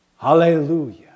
Hallelujah